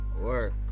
Work